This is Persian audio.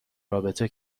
رابطه